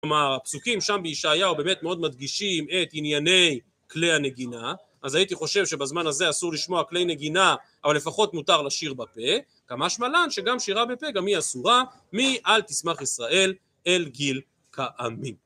כלומר הפסוקים שם בישעיהו באמת מאוד מדגישים את ענייני כלי הנגינה אז הייתי חושב שבזמן הזה אסור לשמוע כלי נגינה אבל לפחות מותר לשיר בפה קא משמע לן שגם שירה בפה גם היא אסורה מאל תשמח ישראל אל גיל כעמים